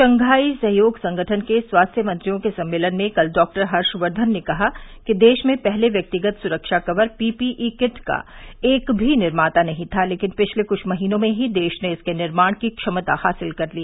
Shanghai सहयोग संगठन के स्वास्थ्य मंत्रियों के सम्मेलन में कल डॉक्टर हर्पवर्धन ने कहा कि देश में पहले व्यक्तिगत सुरक्षा कवर पीपीई किट का एक भी निर्माता नहीं था लेकिन पिछले कुछ महीनों में ही देश ने इसके निर्माण की क्षमता हासिल कर ली